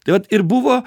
tai vat ir buvo